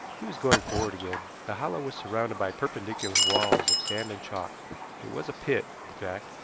he was going forward again. the hollow was surrounded by perpendicular walls of sand and chalk it was a pit, in fact,